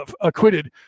acquitted